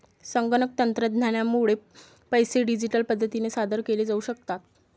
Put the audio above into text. संगणक तंत्रज्ञानामुळे पैसे डिजिटल पद्धतीने सादर केले जाऊ शकतात